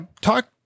talk